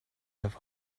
have